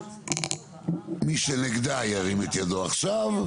מי שנגדה ירים את ידו עכשיו.